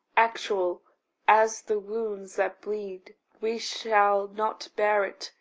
actual as the wounds that bleed we shall not bear it,